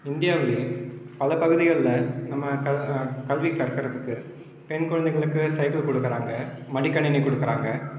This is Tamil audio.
இந்தியாவிலே பல பகுதிகளில் நம்ம க கல்வி கற்கிறதுக்கு பெண் குழந்தைகளுக்கு சைக்கிள் கொடுக்குறாங்க மடிக்கணினி கொடுக்குறாங்க